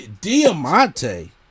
Diamante